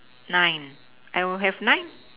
nine I would have nine